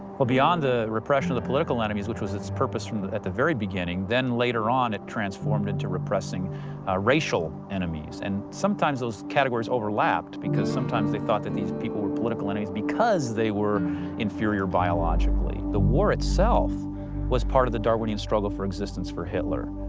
well, beyond the repression of the political enemies, which was its purpose at the very beginning, then later on it transformed into repressing racial enemies. and sometimes those categories overlapped because sometimes they thought that these people were political enemies because they were inferior biologically. the war itself was part of the darwinian struggle for existence, for hitler.